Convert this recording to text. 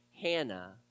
Hannah